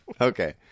Okay